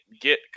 get